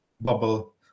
bubble